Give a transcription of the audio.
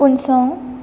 उनसं